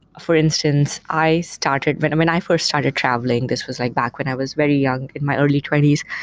for instance, i started when um and i first started traveling. this was like back when i was very young, in my early twenty s.